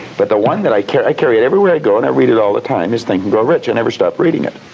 but the one that i carry, i carry it everywhere i go, and i read it all the time, is, think and grow rich, and i never stop reading it.